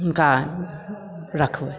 हुनका रखबै